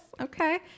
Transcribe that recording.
Okay